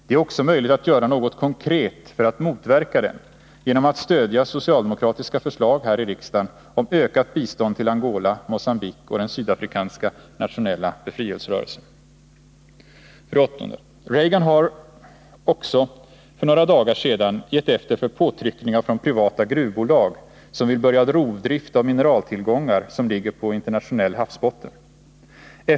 Det är också möjligt att göra något konkret för att motverka den: genom att stödja socialdemokratiska förslag här i riksdagen om ökat bistånd till Angola, Mogambique och den sydafrikanska nationella befrielserörelsen. 8. Reagan har också för några dagar sedan gett efter för påtryckningar från privata gruvbolag, som vill börja rovdrift av mineraltillgångar som ligger på internationell havsbotten.